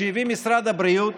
שהביא משרד הבריאות,